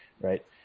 Right